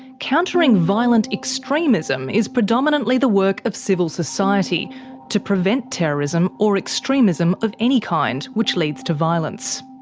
countering violent extremism is predominantly the work of civil society to prevent terrorism or extremism of any kind which leads to violence.